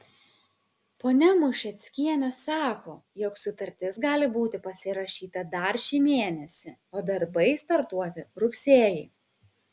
ponia mušeckienė sako jog sutartis gali būti pasirašyta dar šį mėnesį o darbai startuoti rugsėjį